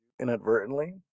inadvertently